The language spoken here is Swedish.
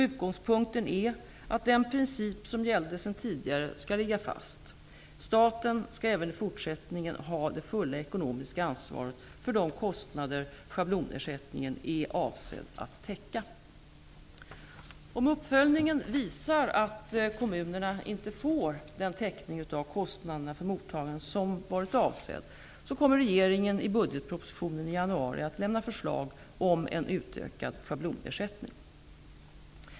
Utgångspunkten är att den princip som gäller sedan tidigare skall ligga fast: Staten skall även fortsättningsvis ha det fulla ekonomiska ansvaret för de kostnader schablonersättningen är avsedd att täcka. Om uppföljningen visar att kommunerna inte får den täckning av kostnaderna för mottagandet som varit avsedd kommer regeringen i budgetpropositionen i januari att lämna förslag om en utökad schablonersättning.